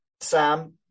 Sam